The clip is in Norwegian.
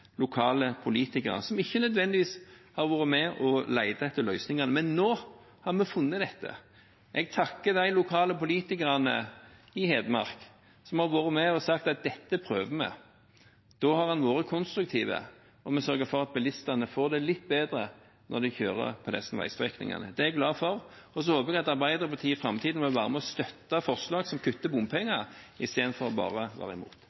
lokale politikere som ikke nødvendigvis har vært med og lett etter løsninger, men nå har vi funnet dette. Jeg takker de lokale politikerne i Hedmark som har vært med og sagt at dette prøver vi. Da har en vært konstruktiv, og vi sørger for at bilistene får det litt bedre når de kjører på disse veistrekningene. Det er jeg glad for. Så håper jeg at Arbeiderpartiet i framtiden vil være med og støtte forslag som kutter i bompenger, istedenfor bare å være imot.